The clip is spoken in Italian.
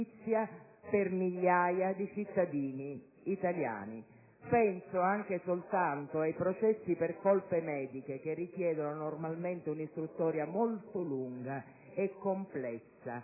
a migliaia di cittadini italiani. Penso anche soltanto ai processi per colpe mediche, che richiedono normalmente un'istruttoria molto lunga e complessa.